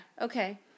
Okay